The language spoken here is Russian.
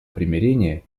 примирения